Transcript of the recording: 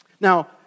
Now